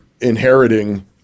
inheriting